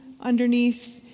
underneath